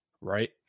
right